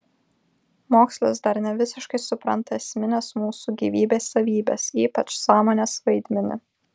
mokslas dar nevisiškai supranta esmines mūsų gyvybės savybes ypač sąmonės vaidmenį